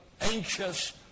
anxious